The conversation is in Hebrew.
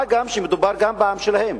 מה גם שמדובר גם בעם שלהם,